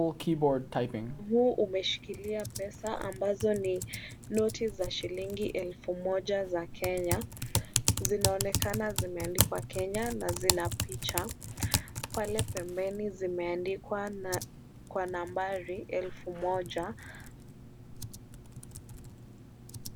Mkono huu umeshikilia pesa ambazo ni noti za shilingi elfu moja za Kenya, zinaonekana zimeandikwa Kenya na zina picha pale pembeni zimeandikwa kwa nambari elfu moja.